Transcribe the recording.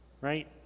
Right